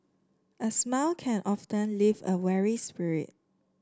a smile can often lift a weary spirit